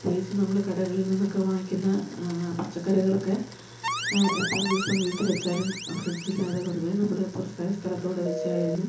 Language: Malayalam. പ്രത്യേകിച്ച് നമ്മള് കടകളിൽ നിന്നൊക്കെ വാങ്ങിക്കുന്ന പച്ചക്കറികളൊക്കെ എത്ര ദിവസം വീട്ടിൽ വെച്ചാലും ഫ്രിഡ്ജില്ലാതെ വെറുതെ നമ്മള് തുറസായ സ്ഥലത്ത് കൊണ്ടുപോയി വെച്ചായാലും